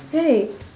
right